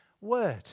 word